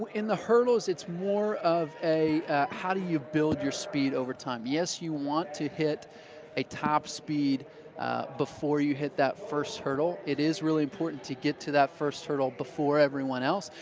in the hurdles it's more of a how do you build your speed over time. yes, you want to hit a top speed before you hit that first hurdle. it is really important to get to that first hurdle before everyone else.